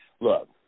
Look